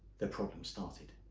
the problem started.